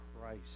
Christ